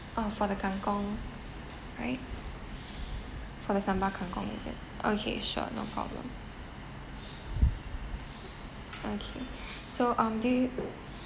uh for the kangkong right for the sambal kangkong with it okay sure no problem okay so um do you